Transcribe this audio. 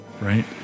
right